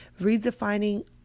redefining